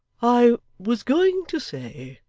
i was going to say,